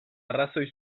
arrazoi